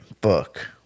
book